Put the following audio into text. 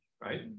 right